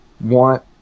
want